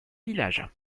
village